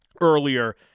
earlier